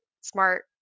smart